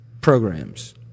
programs